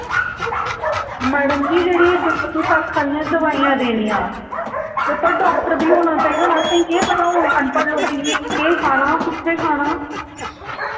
madam ji जेह्ड़ी तुस आखा दियां दोआइयां देनियां ओह् पर डाक्टर बी होना चाहिदा ना असें गी केह् पता हून अनपढ़ लोकें गी केह् खाना कु'त्थै खाना